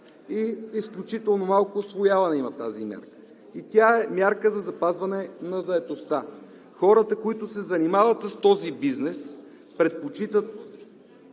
Изключително малко усвояване има тази мярка и тя е мярка за запазване на заетостта. Хората, които се занимават с този бизнес, предпочитат